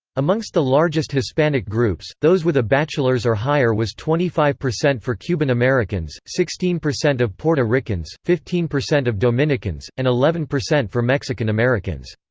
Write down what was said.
amongst the largest hispanic groups, those with a bachelor's or higher was twenty five percent for cuban americans, sixteen percent of puerto ricans, fifteen percent of dominicans, and eleven percent for mexican americans.